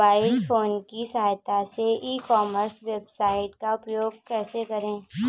Mobile phone की सहायता से ई कॉमर्स वेबसाइट का उपयोग कैसे करें?